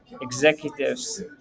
executives